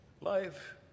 Life